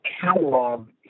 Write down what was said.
catalog